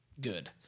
good